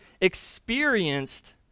experienced